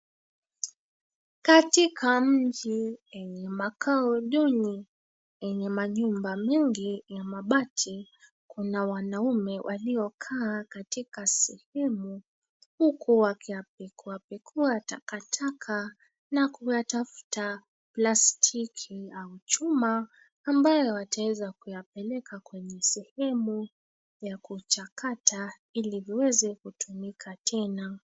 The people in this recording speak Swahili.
Katika mji enye makao duni, enye majumba mingi, enye mabati kuna wanaume waliokaa katika sehemu huku wakiyapekuapekua takataka na kuyatafuta plastiki au chuma ambayo wataweza kuyapeleka kwenye sehemu ya kuchakata ili viweze kutumika tena.